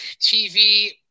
TV